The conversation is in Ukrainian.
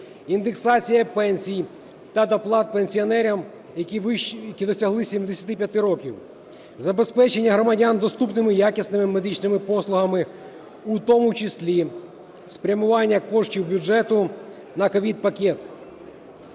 індексація пенсій та доплат пенсіонерам, які досягли 75 років; забезпечення громадян доступними якісними медичними послугами, у тому числі спрямування коштів бюджету на COVID-пакет;